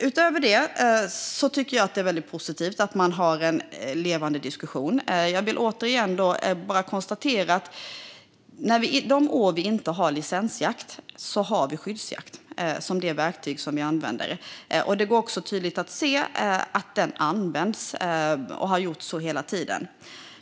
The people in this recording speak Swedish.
Utöver det tycker jag att det är positivt med en levande diskussion. Jag vill åter konstatera att vi de år då vi inte har licensjakt har skyddsjakt som det verktyg som vi använder. Det går tydligt att se att det används och har använts hela tiden.